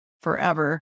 forever